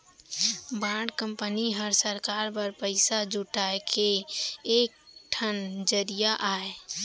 bond company हर सरकार बर पइसा जुटाए के एक ठन जरिया अय